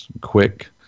quick